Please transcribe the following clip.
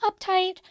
uptight